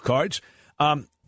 Cards